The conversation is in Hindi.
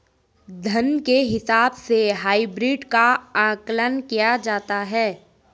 धन के हिसाब से हाइब्रिड का आकलन किया जाता है